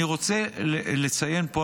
אני רוצה לציין פה,